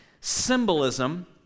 symbolism